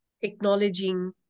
acknowledging